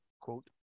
quote